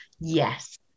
Yes